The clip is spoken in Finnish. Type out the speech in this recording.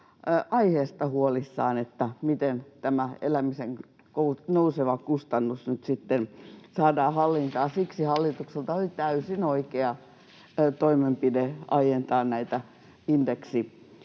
aiheesta huolissaan, että miten tämä elämisen nouseva kustannus nyt sitten saadaan hallintaan, ja siksi hallitukselta oli täysin oikea toimenpide aientaa näitä